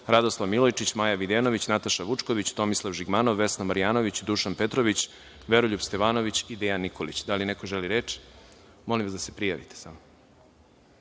Radoslav Milojičić, Maja Videnović, Nataša Vučković, Tomislav Žigmanov, Vesna Marjanović, Dušan Petrović, Veroljub Stevanović i Dejan Nikolić. Da li neko želi reč? (Da)Reč ima